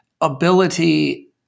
ability